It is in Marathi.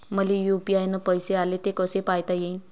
मले यू.पी.आय न पैसे आले, ते कसे पायता येईन?